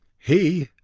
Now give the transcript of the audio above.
he,